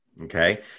Okay